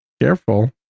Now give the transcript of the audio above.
careful